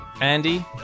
Andy